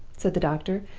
said the doctor,